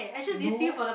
no